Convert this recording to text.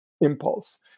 impulse